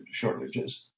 shortages